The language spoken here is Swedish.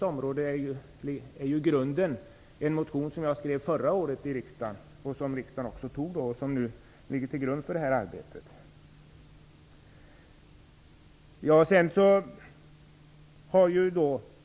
Jag väckte förra året en motion som antogs av riksdagen, och den ligger nu till grund för arbetet på denna punkt.